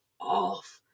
off